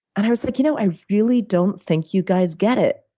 and i was, like, you know, i really don't think you guys get it.